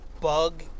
bug